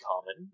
common